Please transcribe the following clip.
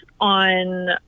on